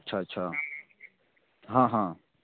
अच्छा अच्छा हँ हँ